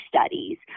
studies